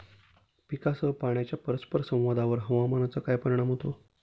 पीकसह पाण्याच्या परस्पर संवादावर हवामानाचा काय परिणाम होतो?